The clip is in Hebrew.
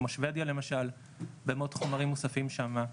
כמו שוודיה למשל עוד חומרים מוספים שמה,